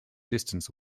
distance